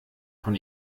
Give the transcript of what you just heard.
von